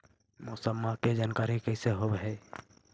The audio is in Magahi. मौसमा के जानकारी कैसे होब है?